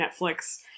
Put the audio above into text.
Netflix